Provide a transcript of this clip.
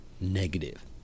negative